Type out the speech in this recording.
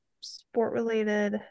sport-related